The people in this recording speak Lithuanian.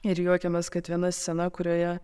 ir juokiamės kad viena scena kurioje